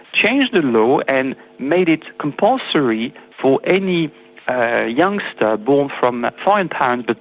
changed the law and made it compulsory for any youngster born from foreign parents, but